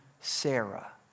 Sarah